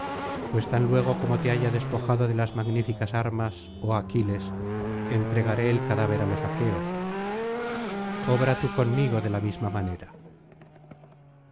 pues tan luego como te haya despojado de las magníficas armas oh aquiles entregaré el cadáver á los aqueos obra tú conmigo de la misma manera